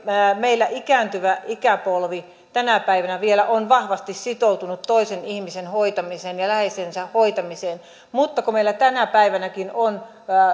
meillä ikääntyvä ikäpolvi tänä päivänä vielä on vahvasti sitoutunut toisen ihmisen hoitamiseen ja läheisensä hoitamiseen mutta kun meillä tänä päivänäkin on